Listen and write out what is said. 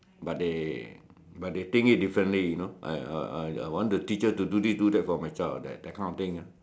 but they but they think it differently you know I I I want the teacher to do this do that for my child that that kind of thing ah